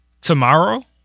tomorrow